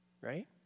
right